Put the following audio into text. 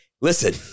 Listen